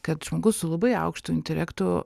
kad žmogus su labai aukštu intelektu